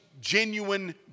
genuine